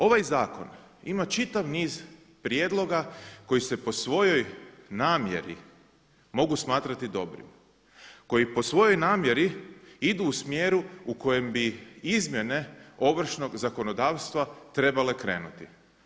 Ovaj zakon ima čitav niz prijedloga koji se po svojoj namjeri mogu smatrati dobrim koji po svojoj namjeri idu u smjeru u kojem bi izmjene ovršnog zakonodavstva trebale krenuti.